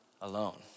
alone